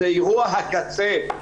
זה אירוע הקצה.